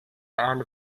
and